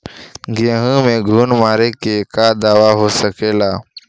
गेहूँ में घुन मारे के का दवा हो सकेला?